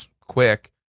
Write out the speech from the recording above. quick